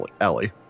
Alley